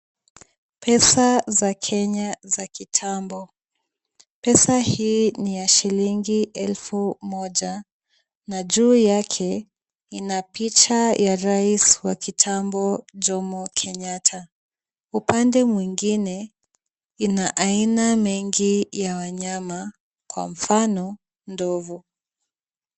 Pesa za Kenya za kitambo. Pesa hii ni ya shilingi elfu moja na juu yake, ina picha ya rais wa kitambo Jomo Kenyatta. Upande mwingine, ina aina mingi ya wanyama, kwa mfano, ndovu.